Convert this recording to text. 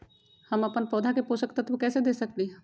हम अपन पौधा के पोषक तत्व कैसे दे सकली ह?